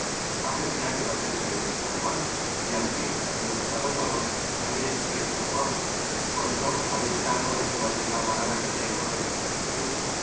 fe mia que no pensais del todo mal y al fin bien mirado todo la vida es siempre amable por eso os hareis cargo de que maldita la gana que tenso de que me la quiteis